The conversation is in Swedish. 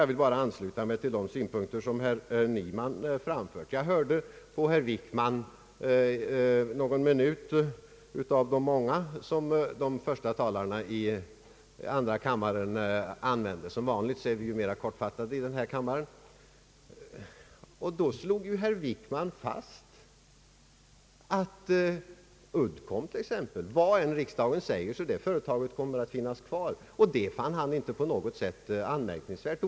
Jag vill därvidlag ansluta mig till de synpunkter som herr Nyman har framfört. Jag hörde på herr Wickman under någon minut av de många som han och de första talarna i andra kammaren använde; som vanligt är vi ju mera kortfattade i den här kammaren. Herr Wickman slog fast att t.ex. Uddcomb kommer att finnas kvar, oavsett hur riksdagen voterar i den frågan, och det fann han inte på något sätt anmärkningsvärt.